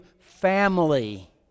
family